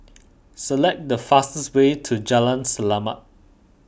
select the fastest way to Jalan Selamat